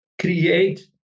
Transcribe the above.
create